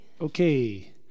Okay